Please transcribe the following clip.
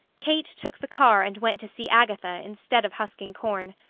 kate took the car and went to see agatha instead of husking corn.